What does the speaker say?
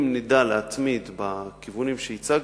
אם נדע להתמיד בכיוונים שהצגתי,